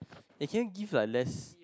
they can give like less